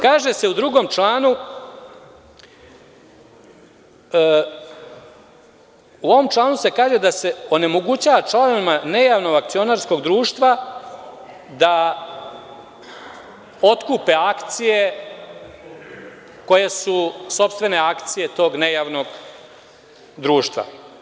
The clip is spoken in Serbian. Kaže se u drugom članu, u ovom članu se kaže da onemogućava članovima nejavnog akcionarskog društva da otkupe akcije koje su sopstvene akcije tog nejavnog društva.